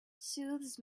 soothes